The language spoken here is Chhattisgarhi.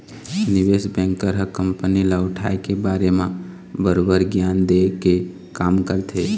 निवेस बेंकर ह कंपनी ल उठाय के बारे म बरोबर गियान देय के काम करथे